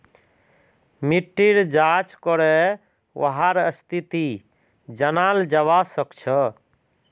मिट्टीर जाँच करे वहार स्थिति जनाल जवा सक छे